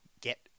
get